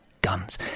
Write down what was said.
guns